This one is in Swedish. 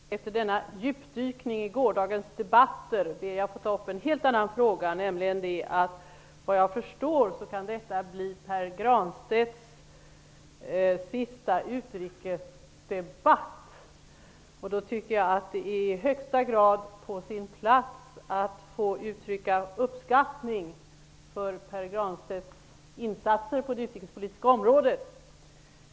Herr talman! Efter denna djupdykning i gårdagens debatter ber jag att få ta upp en helt annan fråga. Enligt vad jag förstår kan detta vara Pär Granstedts sista utrikesdebatt. Därför tycker jag att det i högsta grad är på sin plats att uttrycka uppskattning för Pär Granstedts insatser på det utrikespolitiska området.